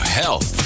health